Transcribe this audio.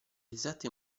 esatte